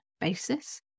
basis